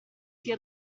sia